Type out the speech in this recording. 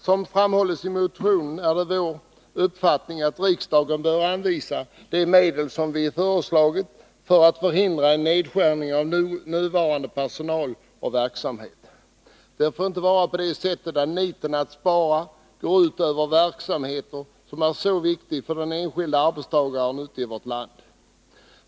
Som framhållits i motionen bör riksdagen anvisa de medel som behövs för att förhindra en nedskärning av nuvarande personalstyrka och verksamhet. Det får inte vara på det sättet att nitet att spara går ut över verksamhet som är så viktig för den enskilda arbetstagaren ute i vårt land.